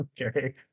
Okay